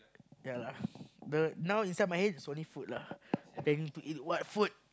yea lah the now inside my head is only food lah planning to eat what food